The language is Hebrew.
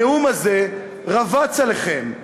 הנאום הזה רבץ עליכם,